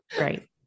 right